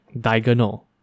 diagonal